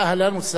אהלן וסהלן.